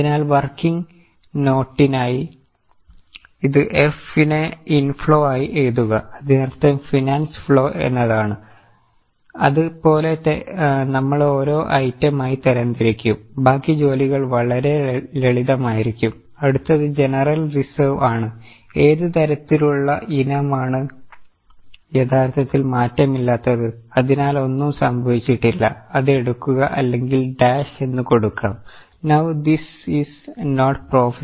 അതിനാൽ വർക്കിങ് നോട്ടിനായി എന്ന് കൊടുക്കാം Now this is not profit and loss account this is a balance of P and L account which as increase from 9000 to 2200